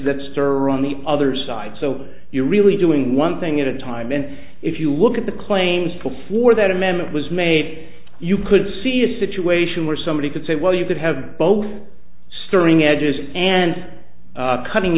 that stir on the other side so you're really doing one thing at a time and if you look at the claims before that amendment was made you could see a situation where somebody could say well you could have both stirring edges and cutting